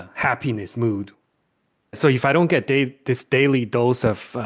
ah happiness mood so if i don't get, dave, this daily dose of,